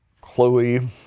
Chloe